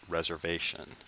Reservation